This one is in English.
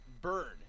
burn